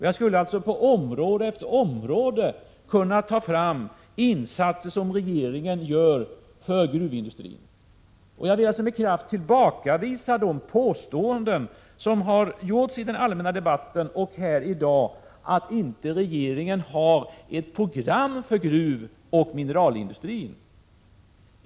Jag skulle på område efter område kunna ta fram insatser som regeringen gör för gruvindustrin. Jag vill alltså med kraft tillbakavisa de påståenden som har gjorts i den allmänna debatten och här i dag att regeringen inte har något program för gruvoch mineralindustrin.